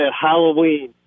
Halloween